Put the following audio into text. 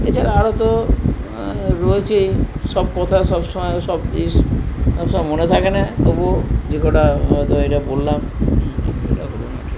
এছাড়া আরও তো রয়েছেই সব কথা সবসময়ে সব জিনিস সবসময়ে মনে থাকে না তবুও যে কটা এটা বললাম